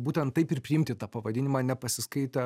būtent taip ir priimti tą pavadinimą nepasiskaitę